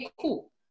cool